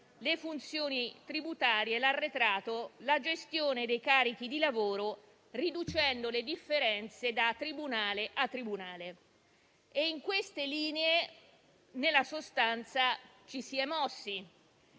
le funzioni tributarie, l'arretrato e la gestione dei carichi di lavoro, riducendo le differenze da tribunale a tribunale. In quelle linee, nella sostanza, ci si è mossi.